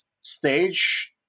stage